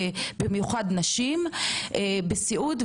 במיוחד נשים בסיעוד,